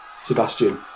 Sebastian